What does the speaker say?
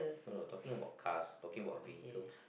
oh no talking about cars talking vehicles